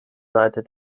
seite